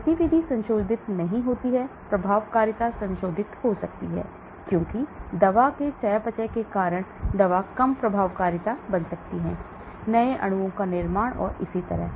गतिविधि संशोधित नहीं होती है प्रभावकारिता संशोधित हो सकती है क्योंकि दवा के चयापचय के कारण दवा कम प्रभावकारिता बन सकती है नए अणुओं का निर्माण और इसी तरह